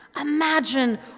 imagine